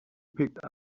picked